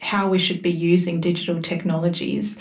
how we should be using digital technologies,